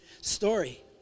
story